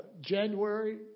January